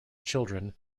children